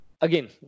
Again